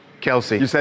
Kelsey